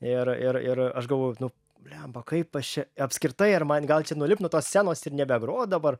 ir ir ir aš galvojau nu bliamba kaip aš čia apskritai ar man gal čia nulipt nuo tos scenos ir nebegrot dabar